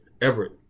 Everett